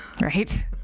right